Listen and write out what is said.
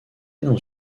dans